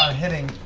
um hitting.